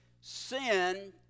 sin